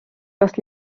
kas